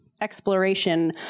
exploration